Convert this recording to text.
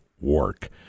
work